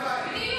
תן לו 200. בדיוק.